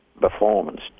performance